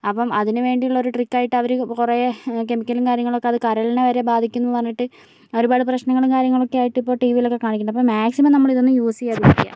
അപ്പം അതിന് വേണ്ടി ഉള്ളൊരു ട്രിക്ക് ആയിട്ട് അവര് കുറെ കെമിയ്ക്കലും കാര്യങ്ങളക്കെ അത് കരളിനെ വരെ ബാധിക്കും എന്ന് പറഞ്ഞിട്ട് ഒരുപാട് പ്രശ്നങ്ങളും കാര്യങ്ങളക്കെ ആയിട്ട് ഇപ്പ ടീവീലക്കെ കാണിയ്ക്കുന്നുണ്ട് അപ്പം മാക്സിമം നമ്മളിതൊന്നും യൂസ് ചെയ്യാതിരിയ്ക്കുക